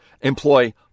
employ